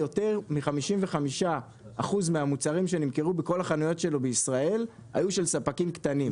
יותר מ-55% מהמוצרים שנמכרו בכל החנויות שלו בישראל היו של ספקים קטנים.